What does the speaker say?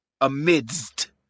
amidst